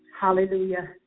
Hallelujah